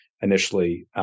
initially